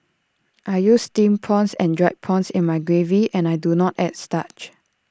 I use Steamed prawns and Dried prawns in my gravy and I do not add starch